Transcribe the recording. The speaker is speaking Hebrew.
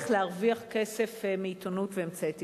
להרוויח כסף מעיתונות ואמצעי תקשורת.